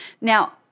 Now